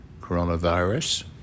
coronavirus